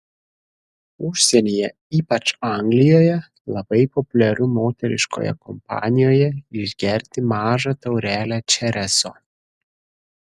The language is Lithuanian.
užsienyje ypač anglijoje labai populiaru moteriškoje kompanijoje išgerti mažą taurelę chereso